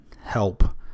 help